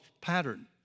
pattern